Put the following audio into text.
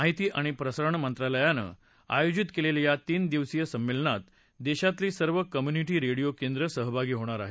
माहिती आणि प्रसारण मंत्रालयानं आयोजित केलेल्या या तीन दिवसीय संमेलनात देशभरातली सर्व कम्युनिटी रेडिओ केंद्र सहभागी होणार आहेत